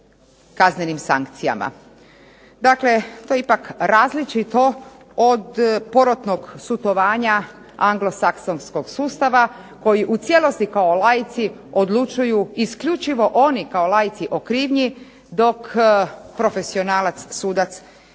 kaznenim sankcijama. Dakle, to je ipak različito od porotnog sudovanja anglosaksonskog sustava koji u cijelosti kao laici odlučuju isključivo oni kao laici o krivnji dok profesionalac sudac